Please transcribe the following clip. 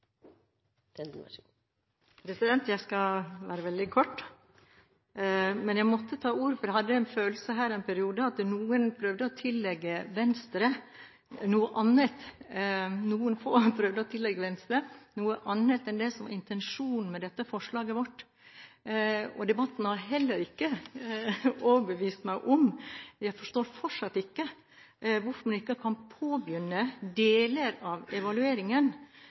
Vær så god. Jeg skal være veldig kort, men jeg måtte ta ordet, for jeg hadde en følelse en periode av at noen – noen få – prøvde å tillegge Venstre noe annet enn det som var intensjonen med dette forslaget vårt, og debatten har heller ikke overbevist meg; jeg forstår fortsatt ikke hvorfor man ikke kan påbegynne deler av evalueringen.